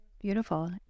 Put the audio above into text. beautiful